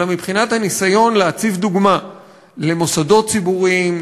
אלא מבחינת הניסיון להציב דוגמה למוסדות ציבוריים,